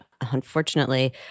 unfortunately